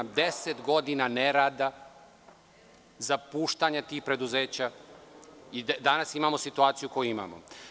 Deset godine nerada, zapuštanje tih preduzeća i danas imamo situaciju koju imamo.